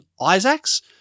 Isaacs